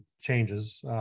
changes